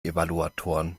evaluatoren